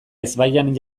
ezbaian